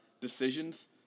decisions